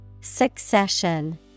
Succession